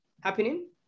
happening